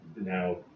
now